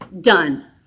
Done